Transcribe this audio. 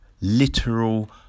literal